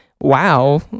Wow